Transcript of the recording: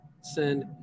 send